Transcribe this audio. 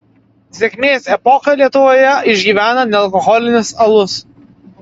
sėkmės epochą lietuvoje išgyvena nealkoholinis alus